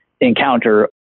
encounter